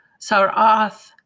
sar'ath